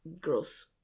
gross